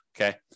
okay